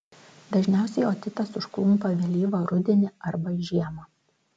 dažniausiai otitas užklumpa vėlyvą rudenį arba žiemą